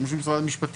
תיאום של משרד המשפטים,